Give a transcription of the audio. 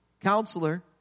Counselor